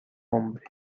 hombre